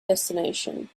destination